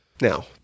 Now